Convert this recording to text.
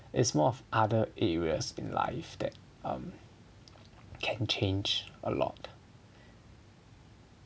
it's more of other areas in life that um can change a lot